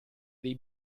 dei